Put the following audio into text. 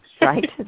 right